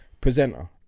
presenter